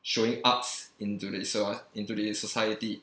showing arts into the so~ into the society